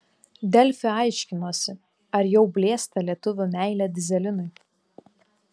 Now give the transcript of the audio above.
delfi aiškinosi ar jau blėsta lietuvių meilė dyzelinui